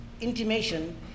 intimation